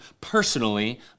personally